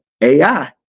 AI